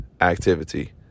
activity